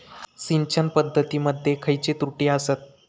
सिंचन पद्धती मध्ये खयचे त्रुटी आसत?